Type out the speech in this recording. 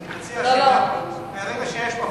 אני מציע שמהרגע שיש פחות,